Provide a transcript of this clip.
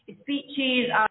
speeches